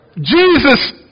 Jesus